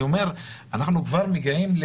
אנחנו כבר מגיעים,